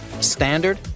standard